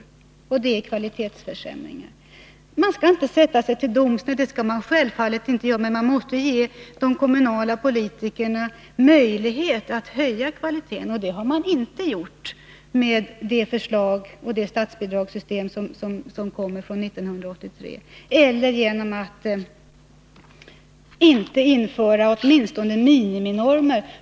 Detta är en kvalitetsförsämring. Man skall inte sätta sig till doms över andra — självfallet inte. Men man måste ge de kommunala politikerna möjligheter att höja kvaliteten. Det har man inte gjort med beslutet om det statsbidragssystem som kommer från 1983 eller genom att inte införa åtminstone miniminormer.